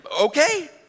Okay